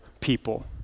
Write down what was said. people